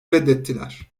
reddettiler